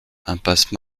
impasse